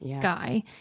guy